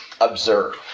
observe